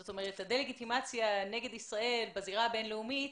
זאת אומרת הדה-לגיטימציה נגד ישראל בזירה הבין-לאומית